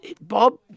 Bob